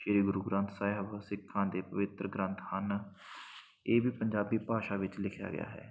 ਸ਼੍ਰੀ ਗੁਰੂ ਗ੍ਰੰਥ ਸਾਹਿਬ ਸਿੱਖਾਂ ਦੇ ਪਵਿੱਤਰ ਗ੍ਰੰਥ ਹਨ ਇਹ ਵੀ ਪੰਜਾਬੀ ਭਾਸ਼ਾ ਵਿੱਚ ਲਿਖਿਆ ਗਿਆ ਹੈ